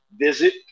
visit